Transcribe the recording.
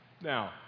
Now